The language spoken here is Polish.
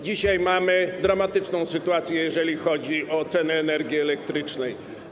Dzisiaj mamy dramatyczną sytuację, jeżeli chodzi o ceny energii elektrycznej.